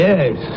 Yes